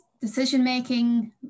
decision-making